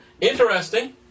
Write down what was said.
interesting